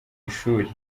ishuri